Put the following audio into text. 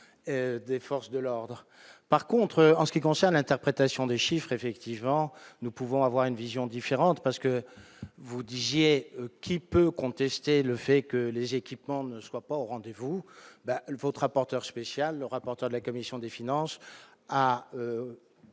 des forces de l'ordre, par contre en ce qui concerne l'interprétation des chiffres effectivement, nous pouvons avoir une vision différente parce que vous disiez : qui peut contester le fait que les équipements ne soit pas au rendez-vous, bah elle vote rapporteur spécial, le rapporteur de la commission des finances, a